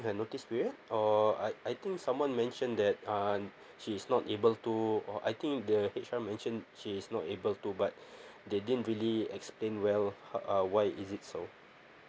her notice period or I I think someone mentioned that err she's not able to or I think the H_R mentioned she's not able to but they didn't really explain well uh why is it so